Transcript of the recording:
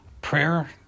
prayer